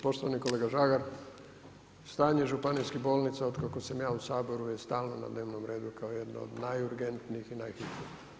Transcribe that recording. Poštovani kolega Žagar stanje županijskih bolnica otkako sam ja u Saboru je stalno na dnevnom redu kao jedna od najurgentnijih i najhitnijih.